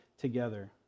together